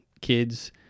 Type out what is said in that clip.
kids